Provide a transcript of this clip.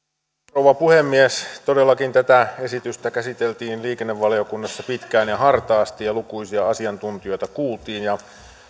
rouva puhemies todellakin tätä esitystä käsiteltiin liikennevaliokunnassa pitkään ja hartaasti ja lukuisia asiantuntijoita kuultiin